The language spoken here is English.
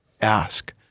ask